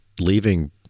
leaving